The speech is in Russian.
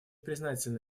признательны